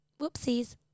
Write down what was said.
Whoopsies